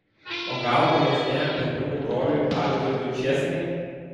o gal vyresniajam berniukų broliui algirdui čėsnai